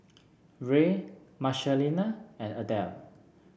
Ray Marcelina and Adell